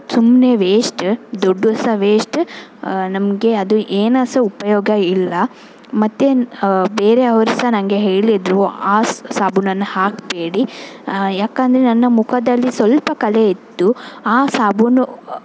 ಸುಮ್ಮನೆ ವೇಷ್ಟ ದುಡ್ಡು ಸಹ ವೇಷ್ಟ ನಮಗೆ ಅದು ಏನು ಸಹ ಉಪಯೋಗ ಇಲ್ಲ ಮತ್ತು ಬೇರೆಯವರು ಸಹ ನನಗೆ ಹೇಳಿದ್ದರು ಆ ಸಾಬೂನನ್ನು ಹಾಕಬೇಡಿ ಯಾಕೆಂದರೆ ನನ್ನ ಮುಖದಲ್ಲಿ ಸ್ವಲ್ಪ ಕಲೆ ಇತ್ತು ಆ ಸಾಬೂನು